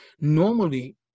normally